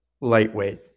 lightweight